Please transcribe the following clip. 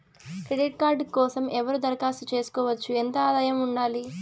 Credit card కోసం ఎవరు దరఖాస్తు చేసుకోవచ్చు? ఎంత ఆదాయం ఉండాలి?